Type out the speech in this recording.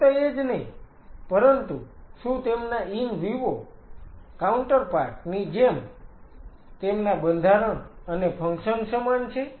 ફક્ત એજ નહિ પરંતુ શું તેમના ઈન વિવો કાઉન્ટરપાર્ટ ની જેમ તેમના બંધારણ અને ફંક્શન સમાન છે